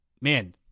man